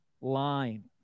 line